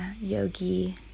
yogi